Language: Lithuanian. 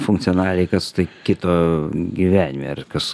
funkcionaliai kas tai kito gyvenime ir kas